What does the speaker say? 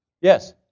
Yes